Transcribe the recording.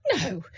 No